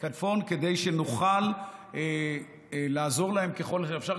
כדי שנוכל לעזור להם ככל האפשר.